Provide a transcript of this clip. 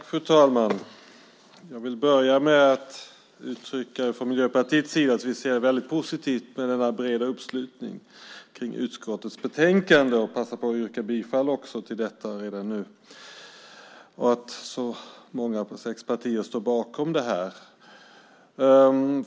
Fru talman! Jag vill börja med att från Miljöpartiets sida uttrycka att vi ser väldigt positivt på denna breda uppslutning kring utskottets betänkande. Så många som sex partier står bakom det. Jag passar på att yrka bifall till förslaget i betänkandet redan nu.